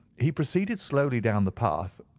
he proceeded slowly down the path,